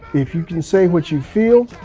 if you can say what you feel,